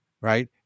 right